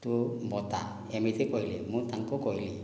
ତୁ ବତା ଏମିତି କହିଲେ ମୁଁ ତାଙ୍କୁ କହିଲି